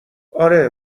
آره